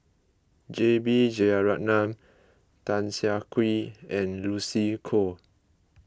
J B Jeyaretnam Tan Siah Kwee and Lucy Koh